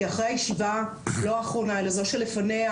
כי אחרי הישיבה לא האחרונה אלא זו שלפניה,